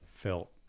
felt